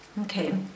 Okay